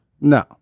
No